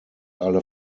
alle